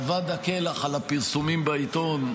אבד הכלח על הפרסומים בעיתון.